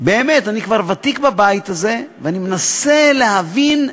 באמת, אני כבר ותיק בבית הזה, ואני מנסה להבין,